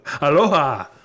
Aloha